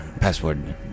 password